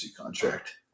contract